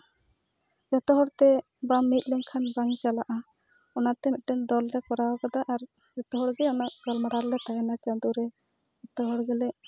ᱡᱚᱛᱚ ᱦᱚᱲᱛᱮ ᱵᱟᱢ ᱢᱤᱫ ᱞᱮᱱᱠᱷᱟᱱ ᱵᱟᱝ ᱪᱟᱞᱟᱜᱼᱟ ᱚᱱᱟᱛᱮ ᱢᱤᱫᱴᱮᱱ ᱫᱚᱞ ᱞᱮ ᱠᱚᱨᱟᱣ ᱠᱟᱫᱟ ᱟᱨ ᱡᱚᱛᱚ ᱦᱚᱲ ᱜᱮ ᱚᱱᱟ ᱜᱟᱞᱢᱟᱨᱟᱣ ᱨᱮᱞᱮ ᱛᱟᱦᱮᱱᱟ ᱪᱟᱸᱫᱳ ᱨᱮ ᱡᱚᱛᱚ ᱦᱚᱲ ᱜᱮᱞᱮ